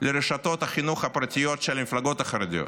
לרשתות החינוך הפרטיות של המפלגות החרדיות.